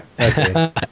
Okay